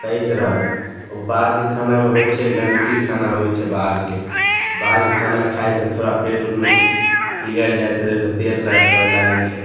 सही से रहबै ओ बाहरके खानामे होइ छै गन्दगी खाना होइ छै बाहरके तऽ बाहरके खाना खाय से थोड़ा पेटमे किछु बिगरि जाइ छै तऽ जाहिसे पेट दर्द करए लागै छै